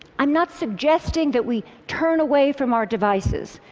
i'm not suggesting that we turn away from our devices,